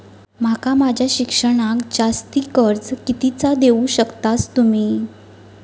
माका माझा शिक्षणाक जास्ती कर्ज कितीचा देऊ शकतास तुम्ही?